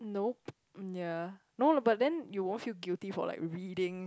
no yea no lah but then you won't feel guilty for like reading